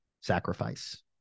sacrifice